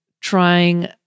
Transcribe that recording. trying